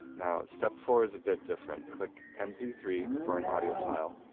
now, step four is a bit different. click m p three for an audio file,